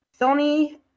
Sony